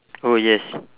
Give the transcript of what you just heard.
oh yes